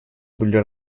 были